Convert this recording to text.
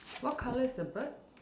what colour is the bird